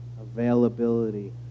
availability